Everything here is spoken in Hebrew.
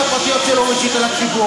בחיים הוא לא פתח את הארנק.